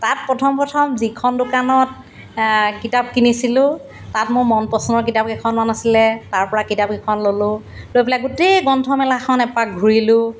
তাত প্ৰথম প্ৰথম যিখন দোকানত কিতাপ কিনিছিলোঁ তাত মোৰ মন পচন্দৰ কিতাপ কেইখনমান আছিলে তাৰ পৰা কিতাপ কেইখন ল'লো লৈ পেলাই গোটেই গ্ৰন্থমেলাখন এপাক ঘূৰিলোঁ